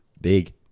Big